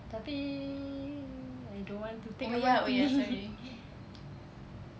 tapi I don't want to take M_R_T